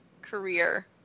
career